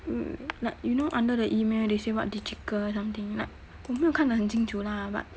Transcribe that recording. mm like you know under the email they say what digital something like 我没有看的很清楚 lah but